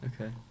okay